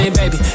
baby